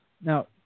Now